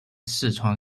四川